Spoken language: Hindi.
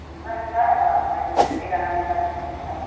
सीमा लिखा है औ आगे हमारे लड़के का नाम लिखा है शिव गुप्ता